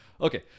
Okay